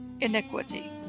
iniquity